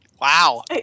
Wow